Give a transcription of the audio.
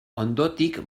ondotik